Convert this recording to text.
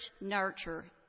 nurture